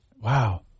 wow